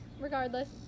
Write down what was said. regardless